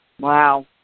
wow